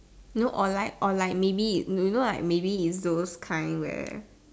no or like or like maybe it's you know maybe it's those kind where